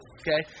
okay